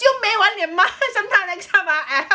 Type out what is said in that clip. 修美碗脸吗 sometimes next time ah I help